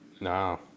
No